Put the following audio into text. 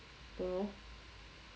don't know